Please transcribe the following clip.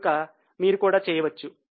కనుక మీరు కూడా చేయవచ్చు